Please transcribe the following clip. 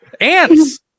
Ants